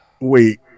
Wait